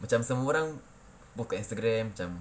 macam semua orang put kat instagram macam